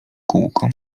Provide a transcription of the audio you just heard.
kółko